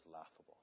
laughable